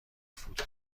فوت